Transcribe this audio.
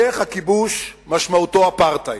המשך הכיבוש משמעותו אפרטהייד.